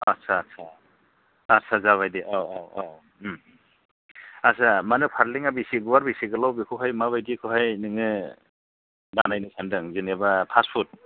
आच्चा आच्चा आच्चा जाबाय दे औ औ औ आच्चा माने फालेंआ बेसे गुवार बेसे गोलाव बेखौहाय माबायदिखौहाय नोङो बानायनो सान्दों जेनेबा पास फुट